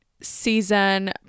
season